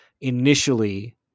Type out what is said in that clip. initially